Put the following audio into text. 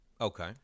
Okay